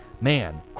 man